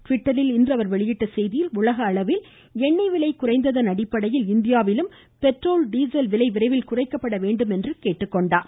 டிவிட்டரில் இன்று வெளியிட்டுள்ள செய்தியில் உலக அளவில் எண்ணெய் விலை குறைந்ததன் அடிப்படையில் இந்தியாவிலும் பெட்ரோல் டீசல் விலை விரைவில் குறைக்கப்பட வேண்டுமென்று கேட்டுக்கொண்டுள்ளார்